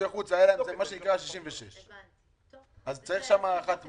שהיה להם 66. צריך שם הארכת מועדים.